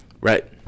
Right